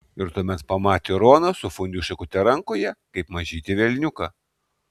ir tuomet pamatė roną su fondiu šakute rankoje kaip mažytį velniuką